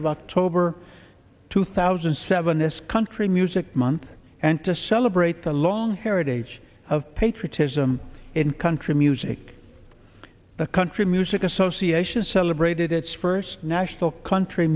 of october two thousand and seven this country mule six months and to celebrate the long heritage of patriotism in country music the country music association celebrated its first national country